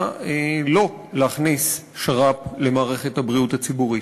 שלא להכניס שר"פ למערכת הבריאות הציבורית.